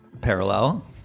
parallel